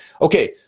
okay